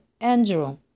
Andrew